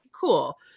Cool